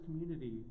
community